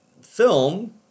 film